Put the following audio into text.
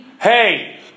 Hey